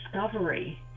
discovery